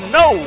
no